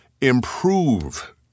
improve